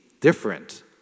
different